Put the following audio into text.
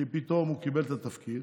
כי פתאום הוא קיבל את התפקיד.